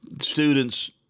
Students